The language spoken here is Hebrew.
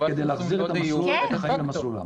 כדי להחזיר את החיים למסלולם.